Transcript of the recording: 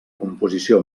composició